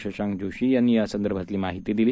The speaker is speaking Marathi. शशांकजोशीयांनीयासंदर्भातलीमाहितीदिली